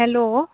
hello